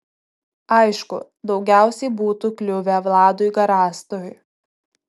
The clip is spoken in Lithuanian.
aišku daugiausiai būtų kliuvę vladui garastui